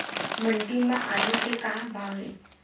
मंडी म आलू के का भाव हे?